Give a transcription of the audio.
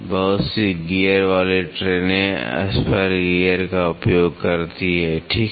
बहुत सी गियर वाली ट्रेनें स्पर गियर का उपयोग करती हैं ठीक है